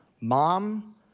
Mom